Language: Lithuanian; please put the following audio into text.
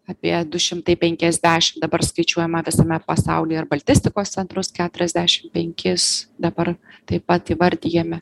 apie du šimtai penkiasdešim dabar skaičiuojama visame pasaulyje ir baltistikos centrus keturiasdešim penkis dabar taip pat įvardijame